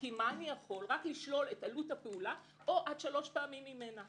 כי מה אני יכול - רק לשלול את עלות הפעולה או עד שלוש פעמים ממנה.